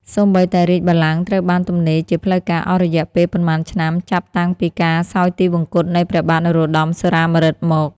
សូម្បីតែរាជបល្ល័ង្កត្រូវបានទំនេរជាផ្លូវការអស់រយៈពេលប៉ុន្មានឆ្នាំចាប់តាំងពីការសោយទីវង្គតនៃព្រះបាទនរោត្តម សុរាម្រិតមក។